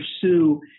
pursue